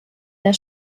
der